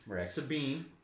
Sabine